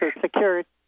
security